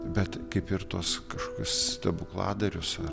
bet kaip ir tuos kažkokius stebukladarius ar